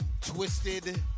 twisted